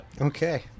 Okay